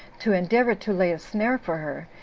to endeavor to lay a snare for her,